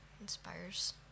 Inspires